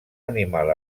animal